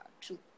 true